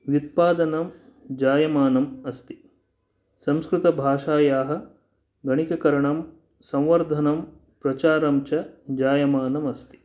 व्युत्पादनं जायमानम् अस्ति संस्कृतभाषायाः वणिककरणं संवर्धनं प्रचारं च जायमानम् अस्ति